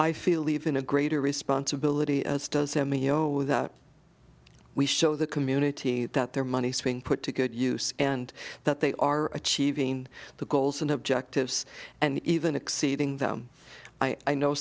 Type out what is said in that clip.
i feel even a greater responsibility as does m e o without we show the community that their money swing put to good use and that they are achieving the goals and objectives and even exceeding them i know